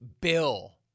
bill